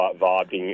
vibing